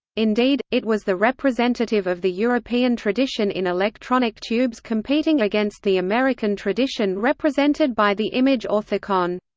indeed, it was the representative of the european tradition in electronic tubes competing against the american tradition represented by the image orthicon.